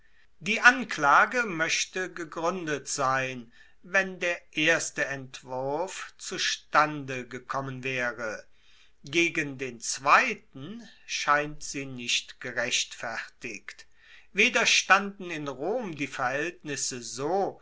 die anklage moechte gegruendet sein wenn der erste entwurf zustande gekommen waere gegen den zweiten scheint sie nicht gerechtfertigt weder standen in rom die verhaeltnisse so